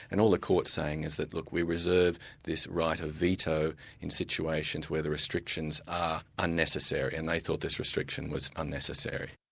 and all the court's saying is that look, we reserve this right of veto in situations where the restrictions are unnecessary, and they thought this restriction was unnecessary.